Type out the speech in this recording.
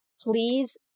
please